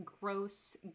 gross